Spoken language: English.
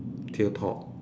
tail top